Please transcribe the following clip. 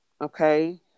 Okay